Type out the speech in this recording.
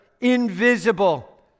invisible